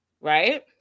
Right